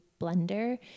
blender